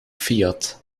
fiat